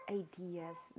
ideas